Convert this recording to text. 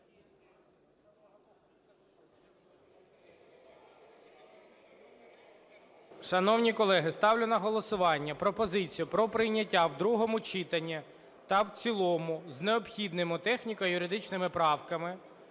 Вибачте, ставлю на голосування пропозицію про прийняття в другому читанні та в цілому з необхідними техніко-юридичними правками…